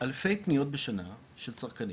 אלפי פניות בשנה של צרכנים,